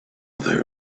their